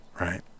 Right